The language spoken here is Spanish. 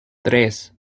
tres